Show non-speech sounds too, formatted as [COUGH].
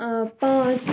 پا [UNINTELLIGIBLE]